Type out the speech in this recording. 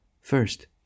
First